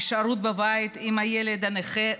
הישארות בבית עם הילד הנכה ועוד.